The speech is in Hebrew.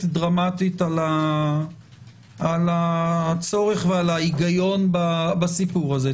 דרמטית על הצורך ועל ההיגיון בסיפור הזה,